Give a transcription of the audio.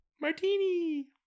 Martini